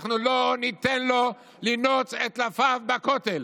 אנחנו לא ניתן לו לנעוץ את טלפיו בכותל.